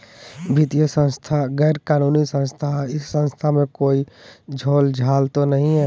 वित्तीय संस्था गैर कानूनी संस्था है इस संस्था में कोई झोलझाल तो नहीं है?